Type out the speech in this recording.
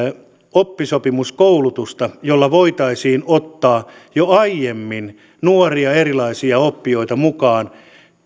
oppisopimuskoulutusta jolla voitaisiin ottaa jo aiemmin nuoria erilaisia oppijoita mukaan